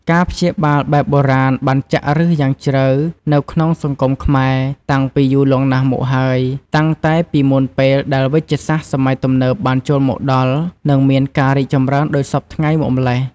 ការព្យាបាលបែបបុរាណ បានចាក់ឫសយ៉ាងជ្រៅនៅក្នុងសង្គមខ្មែរ តាំងពីយូរលង់ណាស់មកហើយ តាំងតែពីមុនពេលដែលវេជ្ជសាស្ត្រសម័យទំនើបបានចូលមកដល់ និងមានការរីកចម្រើនដូចសព្វថ្ងៃមកម៉្លេះ។